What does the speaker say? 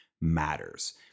matters